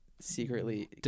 secretly